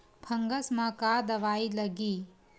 Fungus म का दवाई लगी?